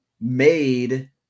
Made